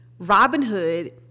Robinhood